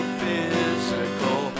physical